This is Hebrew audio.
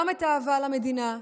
גם את האהבה למדינה,